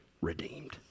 redeemed